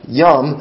yum